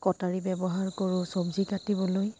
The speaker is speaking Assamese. কটাৰী ব্যৱহাৰ কৰোঁ চব্জি কাটিবলৈ